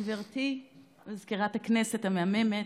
גברתי מזכירת הכנסת המהממת,